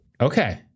Okay